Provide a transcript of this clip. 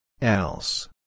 Else